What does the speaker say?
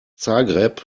zagreb